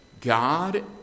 God